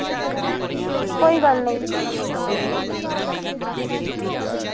कोई गल्ल नेईं